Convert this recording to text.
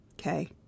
okay